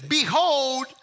behold